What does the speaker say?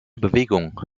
bewegung